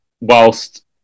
whilst